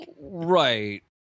right